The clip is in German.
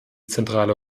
zentrale